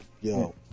yo